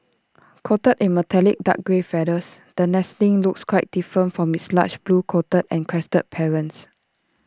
coated in metallic dark grey feathers the nestling looks quite different from its large blue coated and crested parents